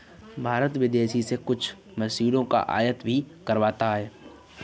भारत विदेशों से कुछ मशीनों का आयात भी करवाता हैं